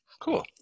cool